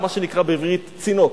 או מה שנקרא בעברית צינוק.